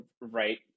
right